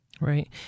Right